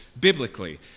biblically